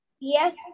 Yes